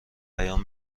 پیام